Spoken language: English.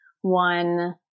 one